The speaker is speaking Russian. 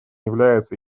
является